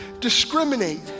discriminate